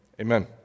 amen